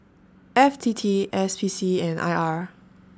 F T T S P C and I R